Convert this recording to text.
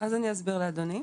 אז אני אסביר לאדוני.